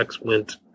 went